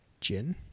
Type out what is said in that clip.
Gin